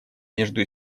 между